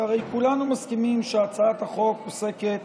שהרי כולנו מסכימים שהצעת החוק עוסקת